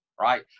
right